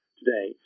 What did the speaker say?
today